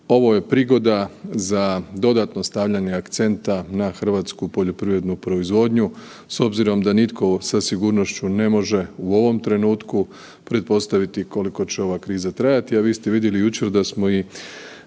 Ovo je prigoda za dodatno stavljanje akcenta na hrvatsku poljoprivrednu proizvodnju s obzirom da nitko sa sigurnošću ne može u ovom trenutku pretpostaviti koliko će ova kriza trajati. A vi ste vidjeli jučer da smo i